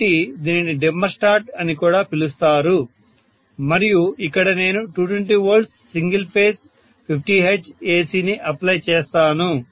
కాబట్టి దీనిని dimmerstat అని కూడా పిలుస్తారు మరియు ఇక్కడ నేను 220 V single phase 50 hertz AC ని అప్లై చేస్తాను